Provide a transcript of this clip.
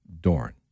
Dorn